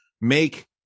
make